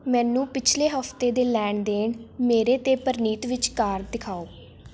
ਮੈਨੂੰ ਪਿੱਛਲੇ ਹਫ਼ਤੇ ਦੇ ਲੈਣ ਦੇਣ ਮੇਰੇ ਅਤੇ ਪਰਨੀਤ ਵਿਚਕਾਰ ਦਿਖਾਉ